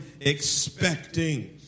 expecting